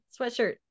sweatshirt